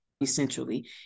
Essentially